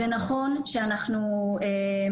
מר דב,